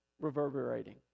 reverberating